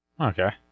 Okay